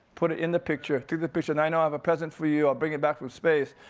put it in the picture, took the picture, nainoa, i have a present for you, i'll bring it back from space.